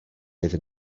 iddyn